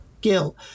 guilt